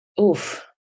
oof